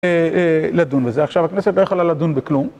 אה אה לדון בזה, עכשיו הכנסת לא יכולה לדון בכלום.